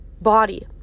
body